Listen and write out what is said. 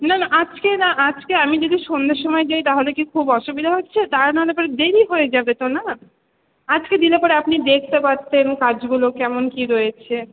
না না আজকে না আজকে আমি যদি সন্ধ্যের সময়ে যাই তাহলে কি খুব অসুবিধা হচ্ছে তা নাহলে পরে দেরি হয়ে যাবে তো না আজকে দিলে পরে আপনি দেখতে পারতেন কাজগুলো কেমন কি রয়েছে